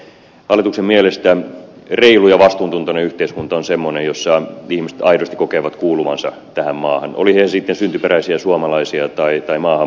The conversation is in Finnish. hallituksen mielestä reilu ja vastuuntuntoinen yhteiskunta on semmoinen jossa ihmiset aidosti kokevat kuuluvansa tähän maahan olivat he sitten syntyperäisiä suomalaisia tai maahan muuttaneita